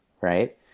right